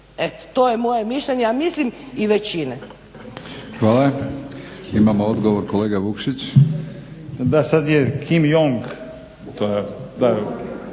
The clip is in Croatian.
to je moje mišljenje, a mislim i većine.